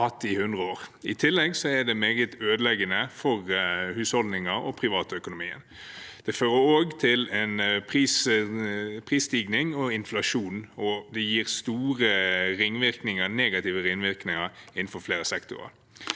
I tillegg er det meget ødeleggende for husholdninger og privatøkonomien. Det fører også til prisstigning og inflasjon, og det gir store negative ringvirkninger innenfor flere sektorer.